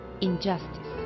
Injustice